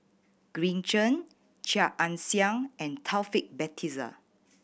Green Zeng Chia Ann Siang and Taufik Batisah